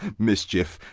mischief